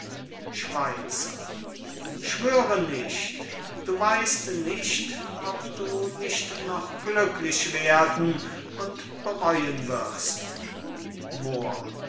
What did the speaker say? schweizer schwöre nicht du weist nicht ob du nicht noch glücklich werden und bereuen wirst moor